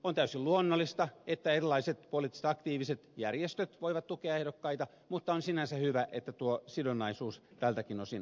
on täysin luonnollista että erilaiset poliittiset aktiiviset järjestöt voivat tukea ehdokkaita mutta on sinänsä hyvä että tuo sidonnaisuus tältäkin osin tiedetään